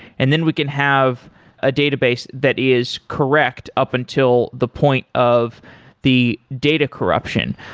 and then we can have a database that is correct up until the point of the data corruption.